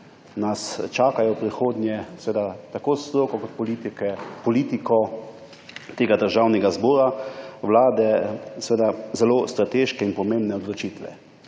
nas čakajo v prihodnje tako stroko kot politiko tega državnega zbora, vlade zelo strateške in pomembne odločitve.